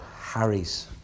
Harry's